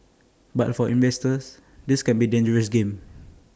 but for investors this can be A dangerous game